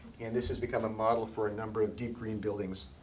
and this has become a model for a number of deep green buildings.